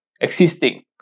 Existing